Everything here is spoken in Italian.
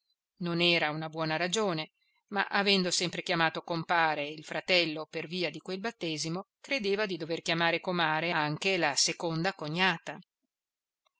non era una buona ragione ma avendo sempre chiamato compare il fratello per via di quel battesimo credeva di dover chiamare comare anche la seconda cognata